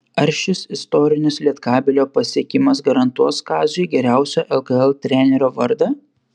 ar šis istorinis lietkabelio pasiekimas garantuos kaziui geriausio lkl trenerio vardą